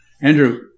Andrew